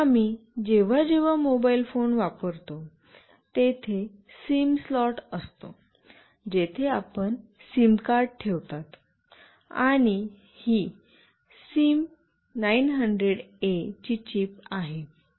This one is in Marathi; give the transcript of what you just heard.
आम्ही जेव्हा जेव्हा मोबाइल फोन वापरतो तेथे सिम स्लॉट असतो जिथे आपण सिम कार्ड ठेवता आणि ही सिम 9०० ए ची चिप आहे